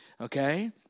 Okay